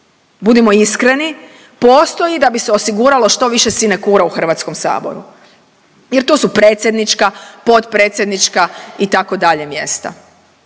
budimo iskreni, postoji da bi se osiguralo štoviše sinekura u HS-u jer to su predsjednička, potpredsjednička, itd. mjesta,